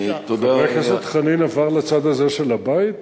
חבר הכנסת חנין עבר לצד הזה של הבית?